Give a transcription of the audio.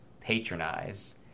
patronize